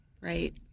Right